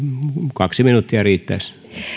kaksi minuuttia riittäisi